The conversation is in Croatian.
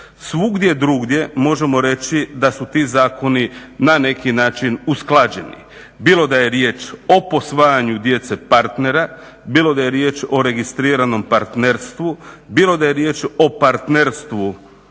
svugdje drugdje možemo reći da su ti zakoni na neki način usklađeni, bilo da je riječ o posvajanju djece partera, bilo da je riječ o registriranom partnerstvu, bilo da je riječ o partnerstvu